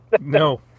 No